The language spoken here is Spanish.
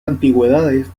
antigüedades